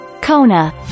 Kona